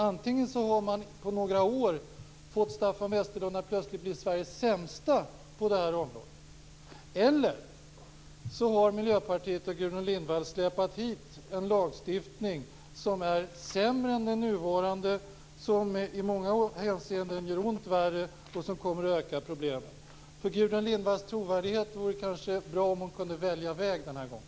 Antingen har man på några år fått Staffan Westerlund att plötsligt bli Sveriges sämsta på det här området eller så har Miljöpartiet och Gudrun Lindvall släpat hit en lagstiftning som är sämre än den nuvarande, som i många hänseenden gör ont värre och som kommer att öka problemen. För Gudrun Lindvalls trovärdighet vore det kanske bra om hon kunde välja väg den här gången.